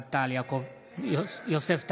אינו נוכח יוסף טייב,